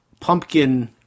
pumpkin